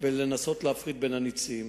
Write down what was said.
ולנסות להפריד בין הנצים.